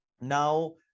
Now